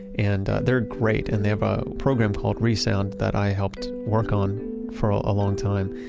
and they're great and they have a program called re sound that i helped work on for ah a long time.